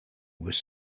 was